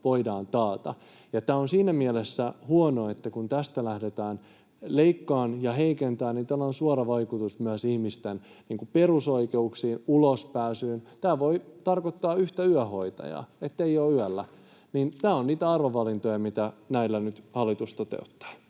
voidaan taata. Ja tämä on siinä mielessä huono, että kun tästä lähdetään leikkaamaan ja heikentämään, niin tällä on suora vaikutus myös ihmisten perusoikeuksiin, ulospääsyyn. Tämä voi tarkoittaa, ettei yhtä yöhoitajaa ole yöllä. Tämä on niitä arvovalintoja, mitä näillä nyt hallitus toteuttaa.